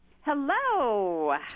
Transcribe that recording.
Hello